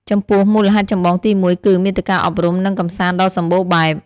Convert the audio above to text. ចំពោះ មូលហេតុចម្បងទីមួយគឺ មាតិកាអប់រំ និងកម្សាន្តដ៏សម្បូរបែប។